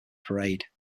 parade